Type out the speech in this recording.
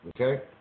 okay